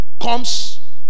comes